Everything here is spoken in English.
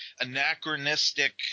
anachronistic